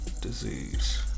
disease